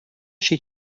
she